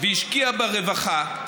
והשקיעה ברווחה.